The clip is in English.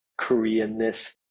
Koreanness